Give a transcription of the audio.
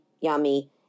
yummy